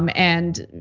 um and,